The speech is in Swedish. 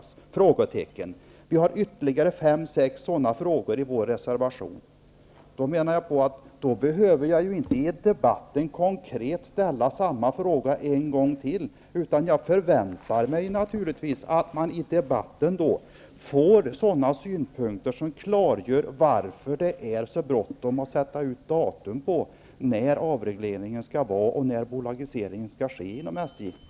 Det finns ytterligare fem sex frågor i reservationen. Jag hävdar att jag inte skall behöva konkret ställa samma frågor en gång till i debatten. Jag förväntar mig naturligtvis att i debatten få höra sådana synpunkter som klargör varför det är så bråttom med att sätta ut ett datum för när avregleringen och bolagiseringen skall genomföras inom SJ.